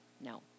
no